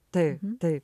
tai tai